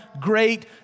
great